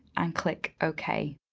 and click ok.